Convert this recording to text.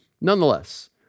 nonetheless